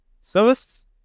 service